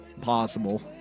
possible